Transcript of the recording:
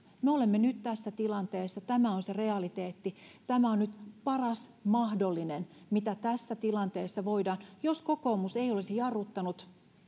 me olemme nyt tässä tilanteessa tämä on se realiteetti tämä on nyt paras mahdollinen mitä tässä tilanteessa voidaan jos kokoomus ei olisi jarruttanut